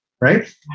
right